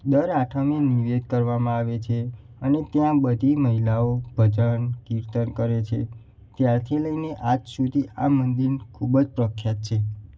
દર આઠમે નીવેદ કરવામાં આવે છે અને ત્યાં બધી મહિલાઓ ભજન કીર્તન કરે છે ત્યારથી લઈને આજ સુધી આ મંદિર ખૂબ જ પ્રખ્યાત છે